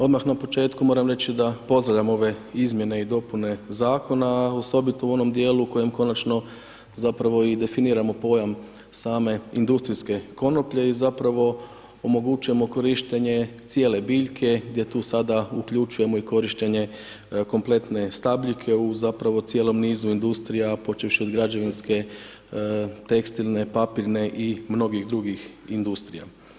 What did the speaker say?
Odmah na početku moram reći da pozdravljam ove izmjene i dopune zakona a osobito u onom djelu kojem konačno zapravo i definiramo pojam same industrijske konoplje i zapravo omogućujemo korištenje cijele biljke gdje tu sada uključujemo i korištenje kompletne stabljike u zapravo cijelom nizu industrija počevši od građevinske, tekstilne, papirne i mnogih drugih industrija.